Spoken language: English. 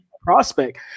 prospect